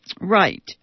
Right